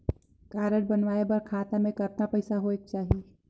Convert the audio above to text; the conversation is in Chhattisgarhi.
कारड बनवाय बर खाता मे कतना पईसा होएक चाही?